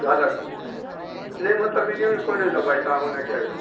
ज़ालि खां हिन यो मतिलबु इहो कोन्हे त भई तव्हां उन खे